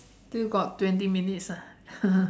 still got twenty minutes ah